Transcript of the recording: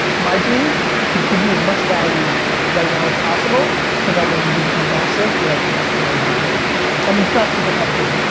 my dream to give you as much value right now as possible so that when you do become massive you're like garyvee was always there. i mean it's not super complicated.